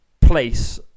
place